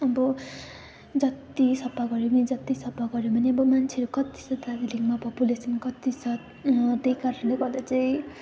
अब जत्ति सफा गरे पनि त्यही सफा गरे पनि अब मान्छेहरू कत्ति छ दार्जिलिङमा पपुलेसन कत्ति छ त्यही कारणले गर्दा चाहिँ